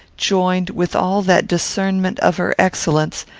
joined with all that discernment of her excellence,